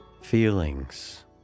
feelings